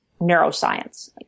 neuroscience